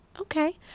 Okay